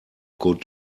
good